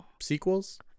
sequels